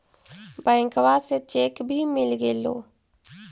बैंकवा से चेक भी मिलगेलो?